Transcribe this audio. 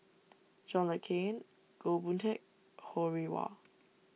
John Le Cain Goh Boon Teck Ho Rih Hwa